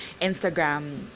instagram